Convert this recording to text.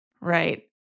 Right